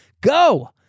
go